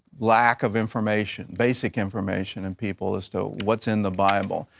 lack of information, basic information in people as to what's in the bible.